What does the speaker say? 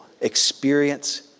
experience